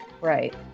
right